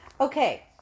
Okay